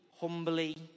humbly